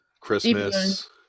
Christmas